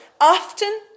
often